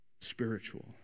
spiritual